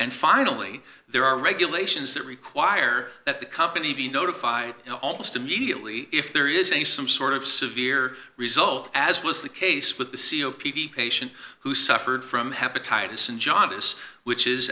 and finally there are regulations that require that the company be notified almost immediately if there is a some sort of severe result as was the case with the c o p p patient who suffered from hepatitis and jobless which is